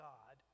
God